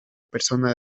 persona